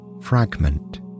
fragment